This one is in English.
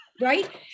right